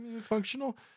functional